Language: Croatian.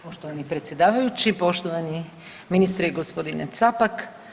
Poštovani predsjedavajući, poštovani ministre i gospodine Capak.